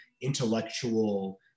intellectual